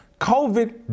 COVID